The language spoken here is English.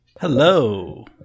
Hello